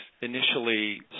initially